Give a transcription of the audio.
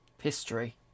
history